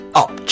up